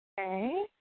Okay